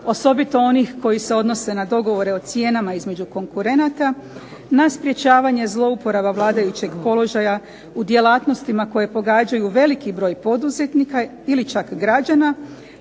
osobito onih koji se odnose na dogovore o cijenama između konkurenta, na sprečavanje zlouporaba vladajućeg položaja u djelatnostima koje pogađaju veliki broj poduzetnika ili čak građana,